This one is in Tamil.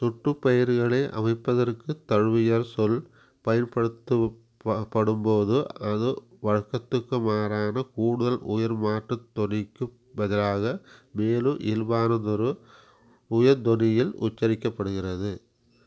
சுற்றுப் பெயர்களை அமைப்பதற்குத் தழுவியற்சொல் பயன்படுத்தப்படும்போது அது வழக்கத்துக்கு மாறான கூடுதல் உயர் மாற்றுத் தொனிக்குப் பதிலாக மேலும் இயல்பானதொரு உயர் தொனியில் உச்சரிக்கப்படுகிறது